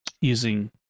using